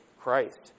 Christ